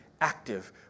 active